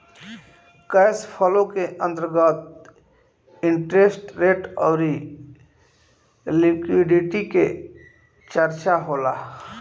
cash flow के अंतर्गत interest rate अउरी लिक्विडिटी के चरचा होला